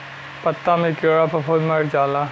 पत्ता मे कीड़ा फफूंद मर जाला